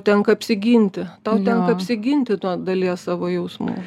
tenka apsiginti tau tenka apsiginti nuo dalies savo jausmų